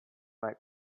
might